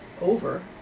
over